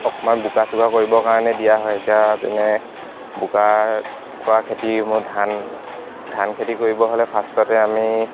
অকমান বোকা চোকা কৰিব কাৰণে দিয়া হয় এতিয়া যেনে বোকা কৰা খেতিসমূহ ধান ধান খেতি কৰিব হ'লে ফাৰ্ষ্টতে আমি